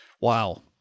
wow